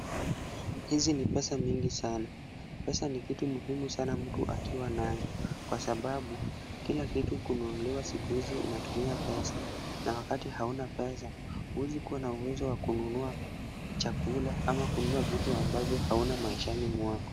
Hizi ni pesa mingi sana. Pesa ni kitu muhimu sana mtu akiwa nayo kwa sababu kila kitu kununuliwa siku hizi inatumia pesa na wakati hauna pesa huezi kua na uwezo wa kununua chakula ama kununua vitu ambavyo hauna maishani mwako.